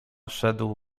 szedł